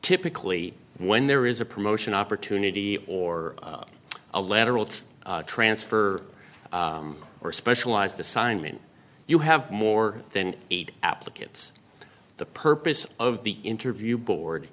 typically when there is a promotion opportunity or a lateral transfer or a specialized assignment you have more than eight applicants the purpose of the interview board